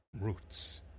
roots